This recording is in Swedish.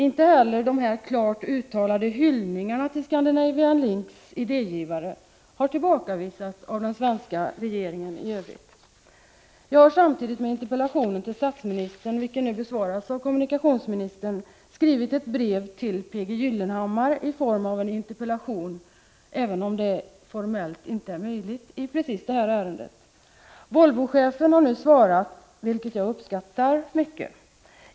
Inte heller de här klart uttalade hyllningarna till Scandinavian Links idégivare har tillbakavisats av den svenska regeringen i övrigt. Jag har samtidigt med interpellationen till statsministern, vilken nu besvarats av kommunikationsministern, skrivit ett brev till P. G. Gyllenhammar i form av en interpellation i precis samma ärende — även om det inte formellt är möjligt att interpellera honom. Volvochefen har nu svarat, vilket jag uppskattar mycket.